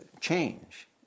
change